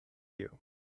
you